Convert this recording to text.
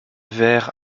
vert